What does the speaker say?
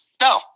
no